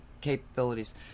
capabilities